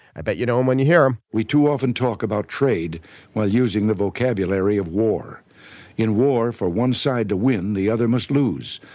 i bet you know him when you hear him we too often talk about trade while using the vocabulary of war in war for one side to win the other must lose.